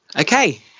Okay